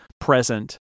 present